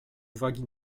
uwagi